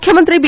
ಮುಖ್ಯಮಂತ್ರಿ ಬಿ